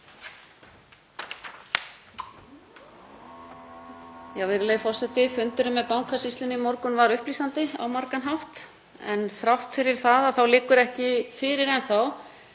Virðulegi forseti. Fundurinn með Bankasýslunni í morgun var upplýsandi á margan hátt. En þrátt fyrir það liggur ekki fyrir enn